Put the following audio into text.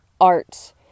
art